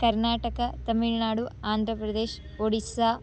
कर्नाटक तमिळ्नाडु आन्द्रप्रदेशः ओडिस्सा